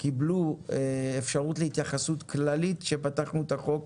קיבלו אפשרות להתייחסות כללית כשפתחנו את החוק